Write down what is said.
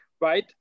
right